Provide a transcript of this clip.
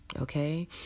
Okay